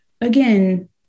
again